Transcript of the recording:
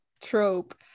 trope